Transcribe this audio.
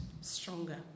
stronger